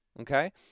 Okay